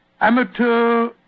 Amateur